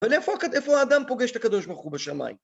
‫אבל איפה האדם ‫פוגש את הקדוש ברוך בוא בשמיים